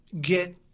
get